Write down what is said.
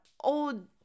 old